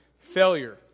failure